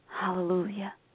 Hallelujah